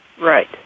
Right